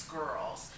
girls